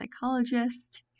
psychologist